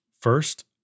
first